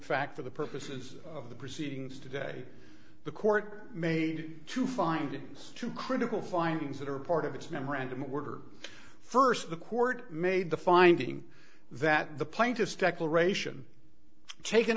fact for the purposes of the proceedings today the court made to find two critical findings that are part of its memorandum order first the court made the finding that the plaintiff's declaration taken